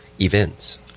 events